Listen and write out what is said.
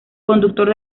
conductor